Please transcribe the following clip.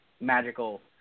magical